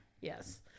Yes